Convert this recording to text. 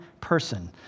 person